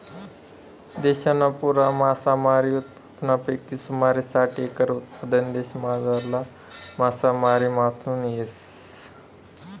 देशना पुरा मासामारी उत्पादनपैकी सुमारे साठ एकर उत्पादन देशमझारला मासामारीमाथून येस